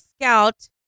Scout